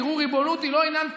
תראו, ריבונות היא לא עניין תיאורטי.